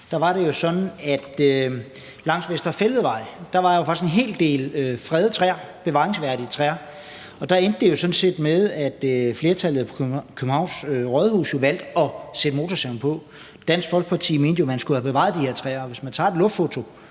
var det jo sådan, at der langs Vesterfælledvej faktisk var en hel del fredede træer, bevaringsværdige træer. Og der endte det jo sådan set med, at flertallet på Københavns Rådhus valgte at sætte motorsaven på. Dansk Folkeparti mente jo, at man skulle have bevaret de her træer, og hvis man tager et luftfoto,